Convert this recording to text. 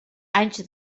anys